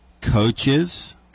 coaches